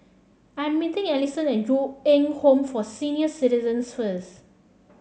I'm meeting Ellison at Ju Eng Home for Senior Citizens first